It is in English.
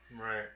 right